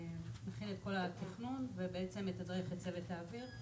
הוא מכין את כל התכנון ובעצם מתדרך את צוות האוויר,